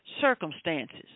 circumstances